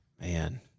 Man